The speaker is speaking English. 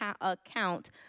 account